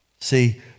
See